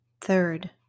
Third